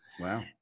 Wow